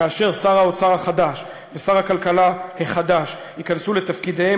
כאשר שר האוצר החדש ושר הכלכלה החדש ייכנסו לתפקידיהם,